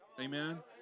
Amen